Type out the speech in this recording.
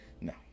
No